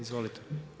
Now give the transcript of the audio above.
Izvolite.